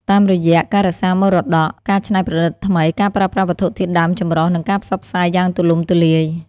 តាមរយៈ ការរក្សាមរតក ការច្នៃប្រឌិតថ្មី ការប្រើប្រាស់វត្ថុធាតុដើមចម្រុះ និងការផ្សព្វផ្សាយយ៉ាងទូលំទូលាយ។